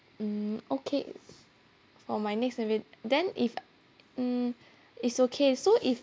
mm okay for my next ser~ then if mm it's okay so if